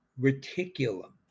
reticulum